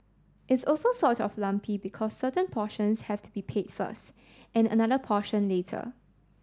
it's also sort of lumpy because certain portions have to be paid first and another portion later